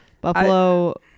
Buffalo